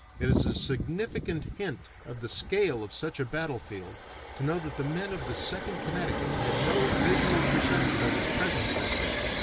it is a significant hint of the scale of such a battlefield to know that the men of the second connecticut had no visual perception of his presence that day,